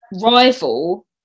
rival